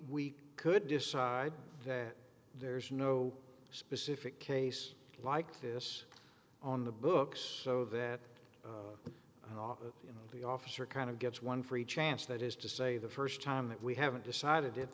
could decide that there's no specific case like this on the books so that the officer kind of gets one free chance that is to say the first time that we haven't decided it